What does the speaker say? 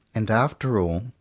and after all,